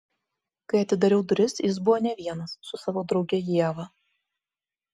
kai atidariau duris jis buvo ne vienas su savo drauge ieva